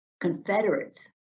Confederates